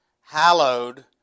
hallowed